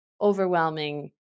overwhelming